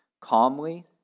calmly